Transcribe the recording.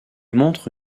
montre